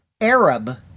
Arab